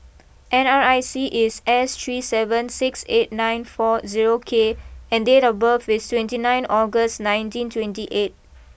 N R I C is S three seven six eight nine four zero K and date of birth is twenty nine August nineteen twenty eight